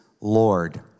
Lord